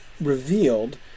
revealed